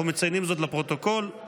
אנחנו מציינים זאת לפרוטוקול,